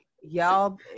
y'all